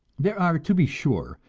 there are, to be sure,